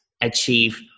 achieve